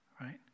right